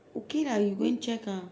okay lah you go and check ah